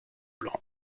blanc